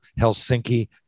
Helsinki